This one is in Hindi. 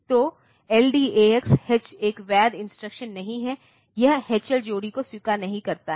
तो LDAX H एक वैध इंस्ट्रक्शन नहीं है यह H L जोड़ी को स्वीकार नहीं करता है